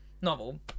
Novel